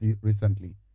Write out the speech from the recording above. recently